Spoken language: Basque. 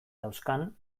dauzkan